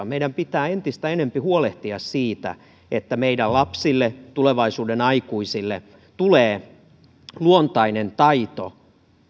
meidän pitää entistä enempi huolehtia siitä että meidän lapsille tulevaisuuden aikuisille tulee luontainen taito